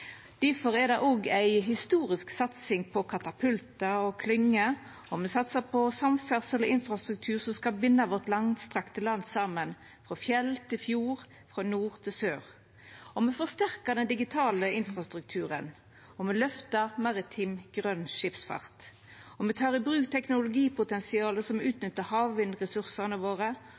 Difor er det òg ei historisk satsing på katapultar og klynger, og me satsar på samferdsel og infrastruktur som skal binda det langstrakte landet vårt saman – frå fjell til fjord, frå nord til sør. Me forsterkar den digitale infrastrukturen, og me løftar grøn maritim skipsfart. Me tek i bruk teknologipotensialet som utnyttar havvindressursane våre,